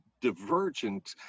divergent